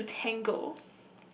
two to tangle